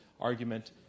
argument